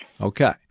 Okay